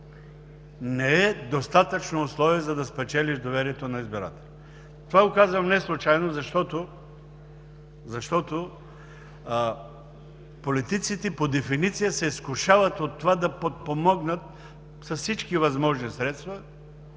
не е достатъчно условие, за да спечелиш доверието на избирателя. Казвам това неслучайно, а защото политиците по дефиниция се изкушават от това да подпомогнат с всички възможни средства